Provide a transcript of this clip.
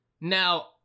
Now